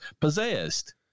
possessed